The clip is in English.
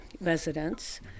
residents